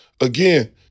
again